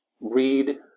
read